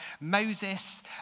Moses